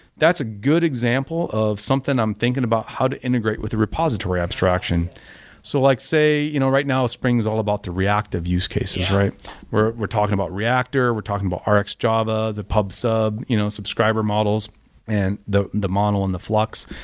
that's a good example of something i'm thinking about how to integrate with a repository abstraction so like say you know right now, spring is all about the reactive use cases we're we're talking about reactor, we're talking about ah rxjava, the pub sub, you know subscriber models and the the model in the flux.